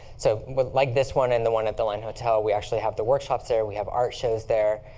so like this one and the one at the line hotel, we actually have the workshops there. we have art shows there.